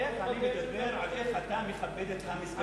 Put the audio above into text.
אני מדבר על איך אתה מכבד את המסגדים,